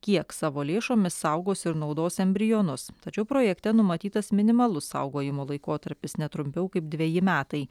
kiek savo lėšomis saugos ir naudos embrionus tačiau projekte numatytas minimalus saugojimo laikotarpis ne trumpiau kaip dveji metai